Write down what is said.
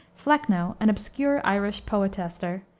flecknoe, an obscure irish poetaster,